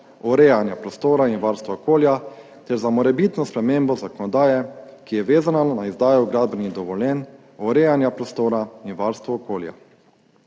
urejanja prostora in varstva okolja ter za morebitno spremembo zakonodaje, ki je vezana na izdajo gradbenih dovoljenj, urejanja prostora in varstvo okolja.